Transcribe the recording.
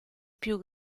più